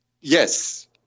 Yes